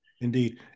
Indeed